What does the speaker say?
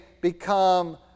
become